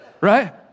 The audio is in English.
Right